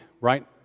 right